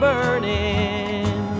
burning